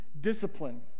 discipline